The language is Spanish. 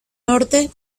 norte